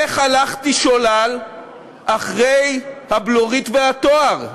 איך הלכתי שולל אחרי הבלורית והתואר?